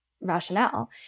rationale